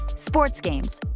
sports games.